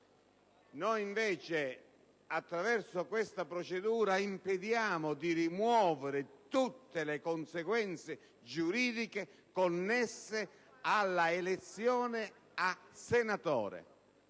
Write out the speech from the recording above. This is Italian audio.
candidata. Attraverso questa procedura noi impediamo invece di rimuovere tutte le conseguenze giuridiche connesse all'elezione a senatore,